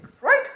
Right